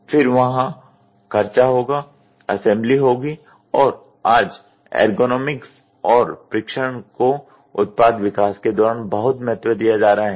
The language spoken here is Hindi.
फिर वहां खर्चा होगा असेंबली होगी और आज एर्गोनॉमिक्स और परीक्षण को उत्पाद विकास के दौरान बहुत महत्व दिया जा रहा है